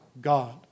God